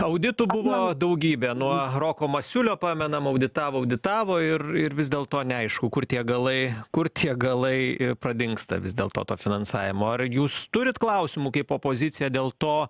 auditų buvo daugybė nuo roko masiulio pamenam auditavo auditavo ir ir vis dėlto neaišku kur tie galai kur tie galai pradingsta vis dėlto to finansavimo ar jūs turit klausimų kaip opozicija dėl to